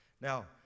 Now